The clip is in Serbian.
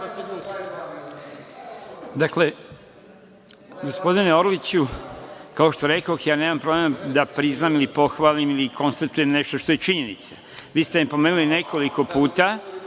Dakle, gospodine Orliću, kao što rekoh, ja nemam problem da priznam ili pohvalim ili konstatujem nešto što je činjenica. Vi ste me pomenuli nekoliko puta,